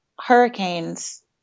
hurricanes